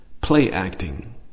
play-acting